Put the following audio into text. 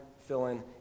fill-in